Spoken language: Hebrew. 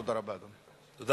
תודה רבה, אדוני.